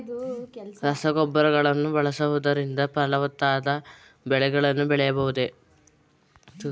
ರಸಗೊಬ್ಬರಗಳನ್ನು ಬಳಸುವುದರಿಂದ ಫಲವತ್ತಾದ ಬೆಳೆಗಳನ್ನು ಬೆಳೆಯಬಹುದೇ?